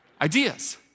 Ideas